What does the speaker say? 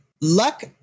luck